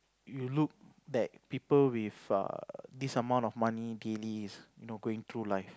you look at people with err this amount of money daily is you know going through life